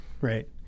right